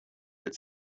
that